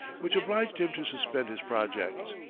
which obliged him to suspend his projects.